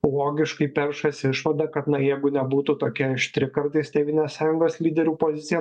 logiškai peršasi išvada kad na jeigu nebūtų tokia aštri kartais tėvynės sąjungos lyderių pozicija